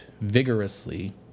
vigorously